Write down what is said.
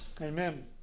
amen